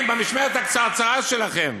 כן, במשמרת הקצרצרה שלכם.